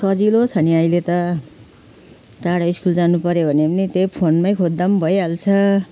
सजिलो छ नि अहिले त टाढो स्कुल जानु पर्यो भने पनि त्यही फोनमै खोज्दा भइहाल्छ